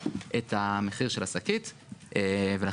זה שקית חד פעמית ומה משומש לשקית רב פעמית.